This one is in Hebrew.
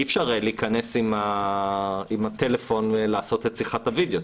אי אפשר להיכנס עם הטלפון לעשות את שיחת הווידיאו,